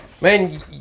man